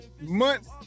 months